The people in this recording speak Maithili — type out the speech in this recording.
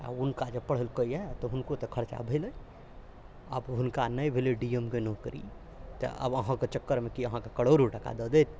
आ हुनका जे पढ़ेलकै है हुनको तऽ खर्चा भेलै आब हुनका नहि भेलै डी एम के नौकरी तऽ आब अहाँके चक्करमे कि अहाँके करोड़ो टका दऽ दैथ